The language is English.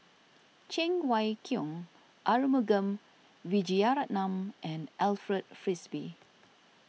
Cheng Wai Keung Arumugam Vijiaratnam and Alfred Frisby